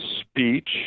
speech